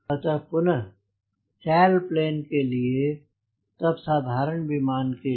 अतः पुनः सैलपलेन के लिए तब साधारण विमान के लिए